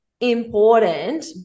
important